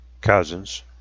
cousins